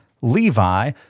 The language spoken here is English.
Levi